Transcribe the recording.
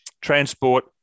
transport